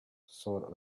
sort